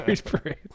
parade